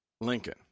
Lincoln